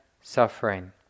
suffering